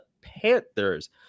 Panthers